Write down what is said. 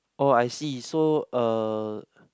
oh I see so uh